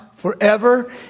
Forever